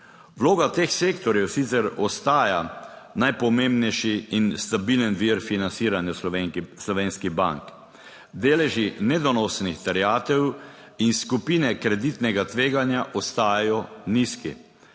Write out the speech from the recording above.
Vloga teh sektorjev sicer ostaja najpomembnejši in stabilen vir financiranja slovenskih bank. Deleži nedonosnih terjatev in skupine kreditnega tveganja ostajajo nizki,